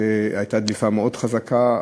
כשהייתה דליפה מאוד חזקה.